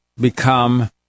become